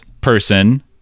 person